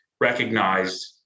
recognized